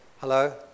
Hello